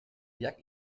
jak